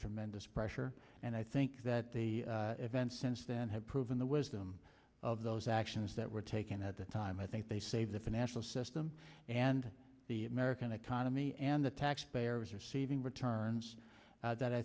tremendous pressure and i think that the events since then have proven the wisdom of those actions that were taken at the time i think they saved the financial system and the american economy and the taxpayer is receiving returns that i